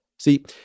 See